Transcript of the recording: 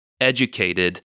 educated